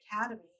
Academy